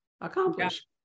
accomplish